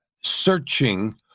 searching